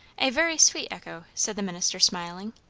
a very sweet echo, said the minister, smiling.